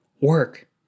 Work